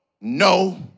No